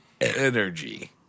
energy